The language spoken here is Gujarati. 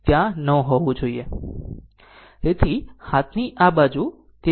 આ ત્યાં ન હોવું જોઈએ